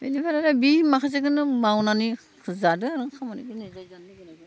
बेनिफ्राय आरो बे माखासेखौनो मावनानै जादों